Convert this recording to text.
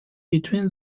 between